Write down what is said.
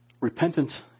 Repentance